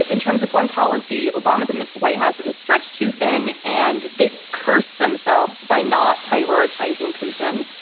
in terms of foreign policy, obama's admins white house, which is stretched too thin and they cursed themselves by not prioritizing putin.